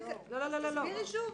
לא, אסביר שוב.